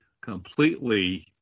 completely